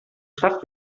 stadt